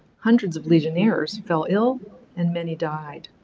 hundreds of legionnaires fell ill and many died.